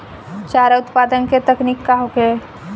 चारा उत्पादन के तकनीक का होखे?